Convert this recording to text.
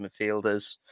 midfielders